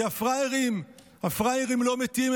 כי הפראיירים לא מתים,